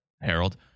Harold